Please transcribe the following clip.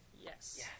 Yes